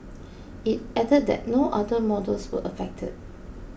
it added that no other models were affected